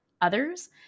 others